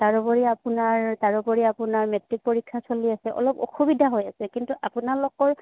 তাৰোপৰি আপোনাৰ তাৰোপৰি আপোনাৰ মেট্ৰিক পৰীক্ষা চলি আছে অলপ অসুবিধা হৈ আছে কিন্তু আপোনালোকৰ